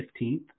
15th